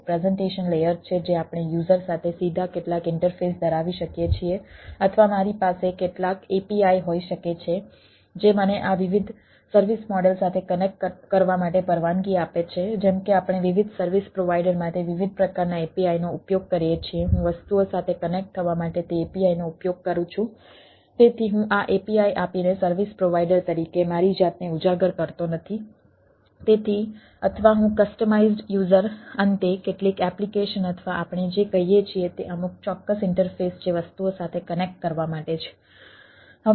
એક presentation layer છે જે આપણે યુઝર યુઝર અંતે કેટલીક એપ્લિકેશન અથવા આપણે જે કહીએ છીએ તે અમુક ચોક્કસ ઇન્ટરફેસ જે વસ્તુઓ સાથે કનેક્ટ કરવા માટે છે